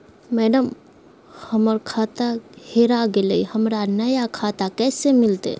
madam, हमर खाता हेरा गेलई, हमरा नया खाता कैसे मिलते